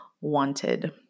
wanted